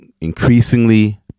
increasingly